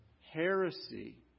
heresy